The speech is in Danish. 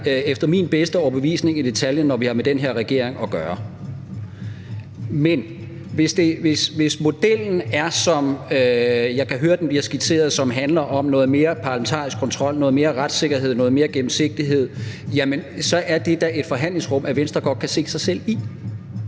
efter min bedste overbevisning i detaljen, når vi har med den her regering at gøre. Men hvis modellen er, som jeg kan høre den bliver skitseret, altså at det handler om noget mere parlamentarisk kontrol, noget mere retssikkerhed, noget mere gennemsigtighed, jamen så er det da et forhandlingsrum, som Venstre godt kan se sig selv i.